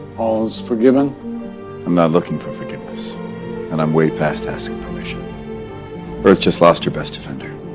all's forgiven i'm not looking for forgiveness and i'm way past asking permission earth just lost your best defender